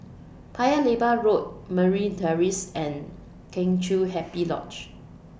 Paya Lebar Road Merryn Terrace and Kheng Chiu Happy Lodge